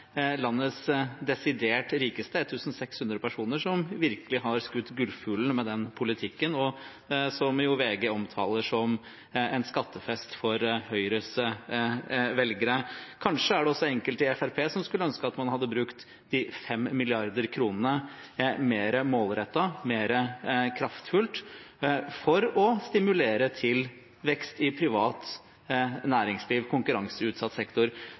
landets desidert rikeste, 1 600 personer, som virkelig har skutt gullfuglen med den politikken, og som VG omtaler som en skattefest for Høyres velgere. Kanskje er det også enkelte i Fremskrittspartiet som skulle ønske at man hadde brukt de fem milliarder kronene mer målrettet, mer kraftfullt, for å stimulere til vekst i privat næringsliv, konkurranseutsatt sektor.